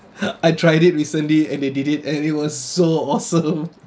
I tried it recently and they did it and it was so awesome